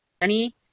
money